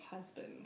husband